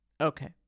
Okay